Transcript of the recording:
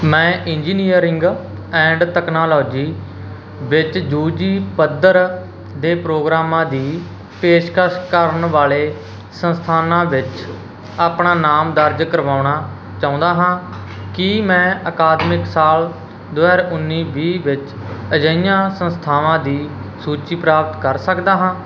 ਮੈਂ engineering and technology ਵਿੱਚ UG ਪੱਧਰ ਦੇ ਪ੍ਰੋਗਰਾਮਾਂ ਦੀ ਪੇਸ਼ਕਸ਼ ਕਰਨ ਵਾਲੇ ਸੰਸਥਾਨਾਂ ਵਿੱਚ ਆਪਣਾ ਨਾਮ ਦਰਜ ਕਰਵਾਉਣਾ ਚਾਹੁੰਦਾ ਹਾਂ ਕੀ ਮੈਂ ਅਕਾਦਮਿਕ ਸਾਲ ਦੋ ਹਜ਼ਾਰ ਉੱਨੀ ਵੀਹ ਵਿੱਚ ਅਜਿਹੀਆਂ ਸੰਸਥਾਵਾਂ ਦੀ ਸੂਚੀ ਪ੍ਰਾਪਤ ਕਰ ਸਕਦਾ ਹਾਂ